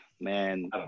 man